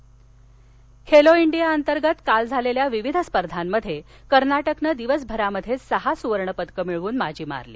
Khelo India Khelo India अंतर्गत काल झालेल्या विविध स्पर्धामध्ये कर्नाटकने दिवसभरात सहा सुवर्णपदक मिळवून बाजी मारली